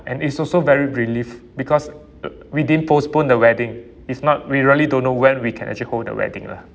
and it's also very relief because uh we didn't postpone the wedding if not we really don't know when we can actually hold the wedding lah